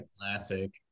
Classic